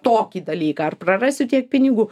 tokį dalyką ar prarasiu tiek pinigų